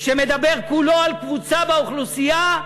שמדבר כולו על קבוצה באוכלוסייה,